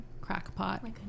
Crackpot